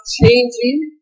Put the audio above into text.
changing